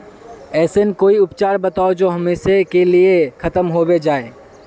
ऐसन कोई उपचार बताऊं जो हमेशा के लिए खत्म होबे जाए?